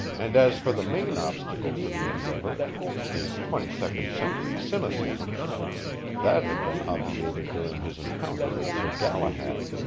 and as for the main obstacle to the endeavor his twenty-second century cynicism that had been obviated during his encounter with sir galahad.